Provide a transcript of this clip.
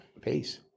Peace